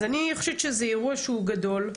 אז אני חושבת שזה אירוע שהוא גדול,